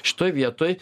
šitoj vietoj